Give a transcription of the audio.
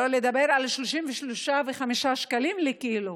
שלא לדבר על 33 ו-35 שקלים לקילו.